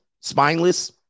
spineless